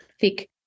thick